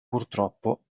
purtroppo